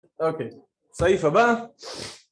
אוקיי, סעיף הבא